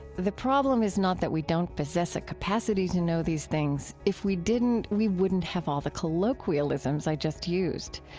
the problem is not that we don't possess a capacity to know these things. if we didn't, we wouldn't have all the colloquialisms i just used.